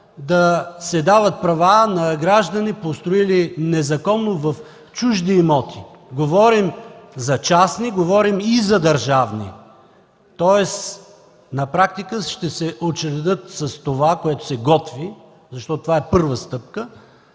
да се дават права на граждани, построили незаконно в чужди имоти, говорим за частни, говорим и за държавни. Тоест на практика ще се учредят с това, което се готви, защото това е първа стъпка